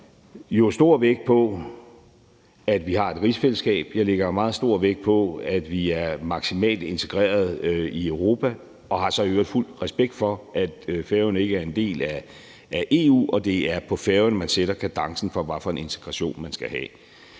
jeg lægger jo stor vægt på, at vi har et rigsfællesskab, og jeg lægger meget stor vægt på, at vi er maksimalt integreret i Europa. Jeg har så i øvrigt fuld respekt for, at Færøerne ikke er en del af EU, og at det er på Færøerne, man sætter kadencen for, hvad for en integration man skal have.